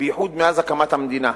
בייחוד מאז הקמת המדינה,